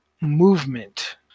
movement